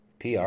PR